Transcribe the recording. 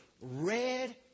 red